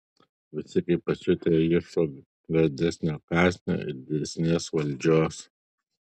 visi kaip pasiutę ieško gardesnio kąsnio ir didesnės valdžios